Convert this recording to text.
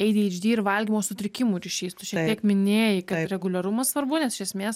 eidėidždi ir valgymo sutrikimų ryšys tu šiek tiek minėjai kad reguliarumas svarbu nes iš esmės